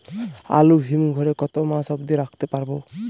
আলু হিম ঘরে কতো মাস অব্দি রাখতে পারবো?